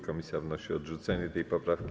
Komisja wnosi o odrzucenie tej poprawki.